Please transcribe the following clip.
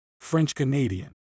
French-Canadian